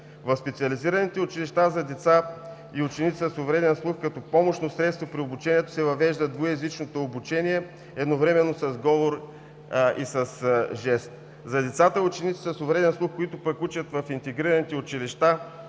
в специализираните училища за деца и ученици с увреден слух като помощно средство при обучението се въвежда двуезичното обучение – едновременно с говор и с жест; за децата и учениците с увреден слух, които пък учат в интегрираните училища,